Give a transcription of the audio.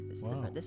Wow